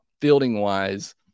fielding-wise